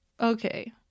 Okay